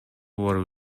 баруу